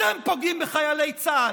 אתם פוגעים בחיילי צה"ל,